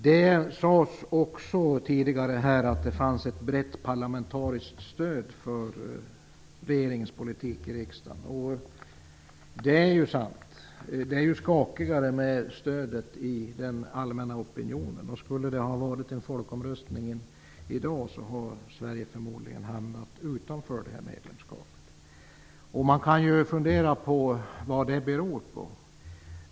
Det sades tidigare i debatten att det i riksdagen finns ett brett parlamentariskt stöd för regeringens politik, och det är ju sant. Det är ju skakigare med stödet i den allmänna opinionen. Skulle det ha varit folkomröstning i dag hade Sverige förmodligen hamnat utanför EU. Man kan ju fundera på vad detta beror på.